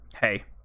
hey